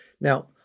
Now